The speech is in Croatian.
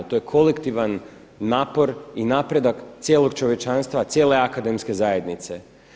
To je kolektivan napor i napredak cijelog čovječanstva, cijele akademske zajednice.